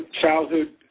childhood